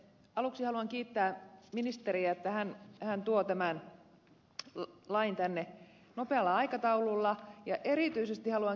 aluksi haluan kiittää ministeriä että hän tuo tämän lain tänne nopealla aikataululla ja erityisesti haluan kiittää ed